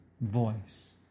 voice